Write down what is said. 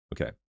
Okay